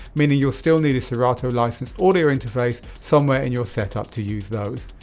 meaning you'll still need a serato license audio interface somewhere in your setup to use those.